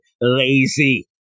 Lazy